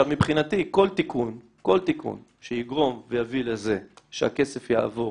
מבחינתי, כל תיקון שיגרום ויביא לזה שהכסף יעבור